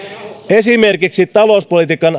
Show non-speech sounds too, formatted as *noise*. esimerkiksi talouspolitiikan *unintelligible*